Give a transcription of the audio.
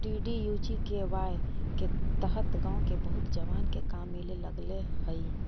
DDUGKY के तहत गाँव के बहुत जवान के काम मिले लगले हई